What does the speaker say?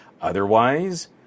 Otherwise